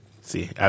See